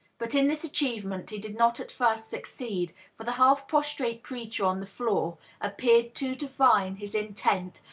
but in this achievement he did not at first succeed for the half-prostrate creature on the floor appeared to divine his intent,